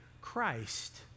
Christ